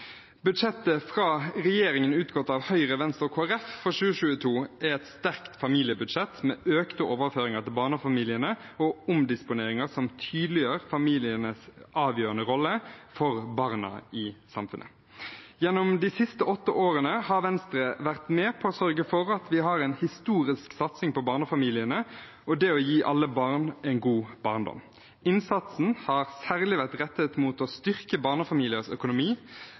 Budsjettet fra regjeringen utgått av Høyre, Venstre og Kristelig Folkeparti for 2022 er et sterkt familiebudsjett med økte overføringer til barnefamiliene og omdisponeringer som tydeliggjør familienes avgjørende rolle for barna i samfunnet. Gjennom de siste åtte årene har Venstre vært med på å sørge for at vi har en historisk satsing på barnefamiliene og det å gi alle barn en god barndom. Innsatsen har særlig vært rettet mot å styrke barnefamiliers økonomi,